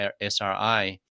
SRI